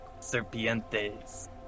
Serpientes